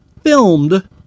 filmed